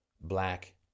black